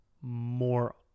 More